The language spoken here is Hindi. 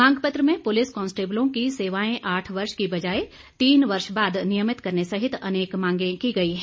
मांगपत्र में पुलिस कॉन्स्टेबलों की सेवाएं आठ वर्ष की बजाए तीन वर्ष बाद नियमित करने सहित अनेक मांगे की गई हैं